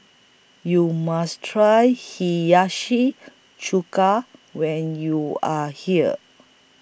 YOU must Try Hiyashi Chuka when YOU Are here